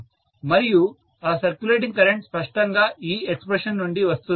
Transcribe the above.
మరియు ఆ circulating current స్పష్టంగా ఈ ఎక్స్ప్రెషన్ నుండి వస్తుంది